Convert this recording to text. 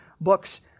books